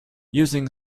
using